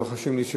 לוחשים לי,